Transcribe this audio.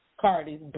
Cardi's